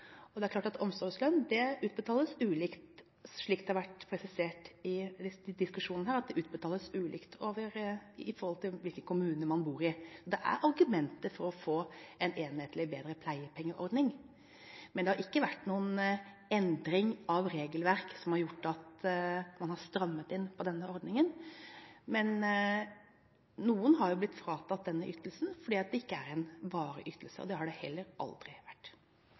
ordningen. Det er klart at omsorgslønn utbetales ulikt, slik det har vært presisert i diskusjonen her – den utbetales ulikt avhengig av hvilken kommune man bor i. Det er argumenter for å få en enhetlig, bedre pleieordning, men det har ikke vært noen endring av regelverk som har gjort at man har strammet inn på denne ordningen. Noen har blitt fratatt denne ytelsen fordi det ikke er en varig ytelse. Det har den heller aldri vært.